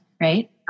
right